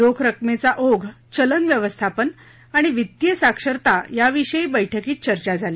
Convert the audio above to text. रोख रकमेचा ओघ चलन व्यवस्थापन आणि वित्तीय साक्षरता या विषयी बैठकीत चर्चा झाली